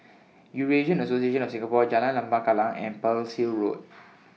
Eurasian Association of Singapore Jalan Lembah Kallang and Pearl's Hill Road